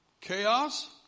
Chaos